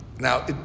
Now